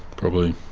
probably